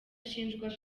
ashinjwa